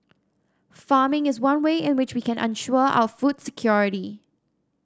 farming is one way in which we can ensure our food security